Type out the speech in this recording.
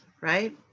right